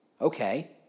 Okay